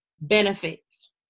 benefits